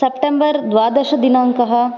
September द्वादशदिनाङ्कः